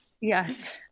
Yes